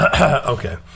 Okay